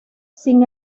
sin